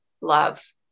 love